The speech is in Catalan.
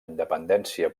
independència